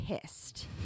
pissed